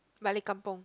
balik-kampung